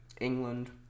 England